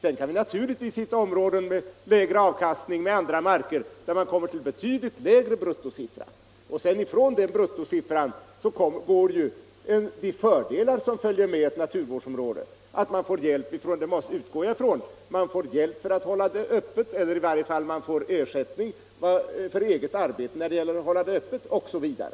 Sedan kan vi naturligtvis hitta andra marker med lägre avkastning, där man kommer till en betydligt lägre bruttosiffra, och från den bruttosiffran går ju de fördelar som följer med ett naturvårdsområde. Jag utgår nämligen från att man får hjälp med att hålla området öppet eller i varje fall ersättning för eget arbete för att hålla det öppet osv.